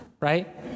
right